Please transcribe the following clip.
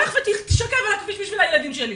לך תישכב על הכביש בשביל הילדים שלי.